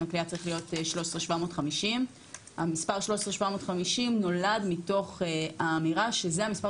הכליאה צריך להיות 13,750. המספר 13,750 נולד מתוך האמירה שזה המספר